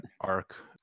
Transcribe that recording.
arc